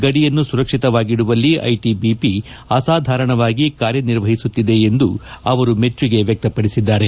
ಗಡಿಯನ್ನು ಸುರಕ್ಷಿತವಾಗಿಡುವಲ್ಲಿ ಐಟಿಐಪಿ ಅಸಾಧಾರಣವಾಗಿ ಕಾರ್ಯನಿರ್ವಹಿಸುತ್ತಿದೆ ಎಂದು ಮೆಚ್ಚುಗೆ ವ್ಯಕ್ತಪಡಿಸಿದ್ದಾರೆ